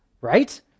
right